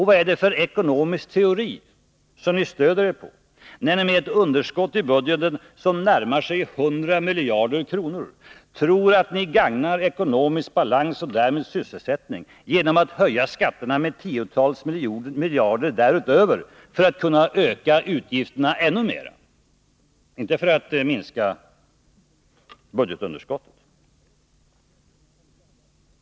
Vad är det för ekonomisk teori ni stödjer er på när ni, med ett underskott i budgeten som närmar sig 100 miljarder, tror att ni gagnar ekonomisk balans och därmed sysselsättning genom att höja skatterna med tiotals miljarder därutöver för att kunna öka utgifterna ännu mer? Det är inte för att minska budgetunderskottet!